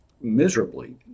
miserably